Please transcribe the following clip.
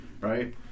right